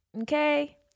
Okay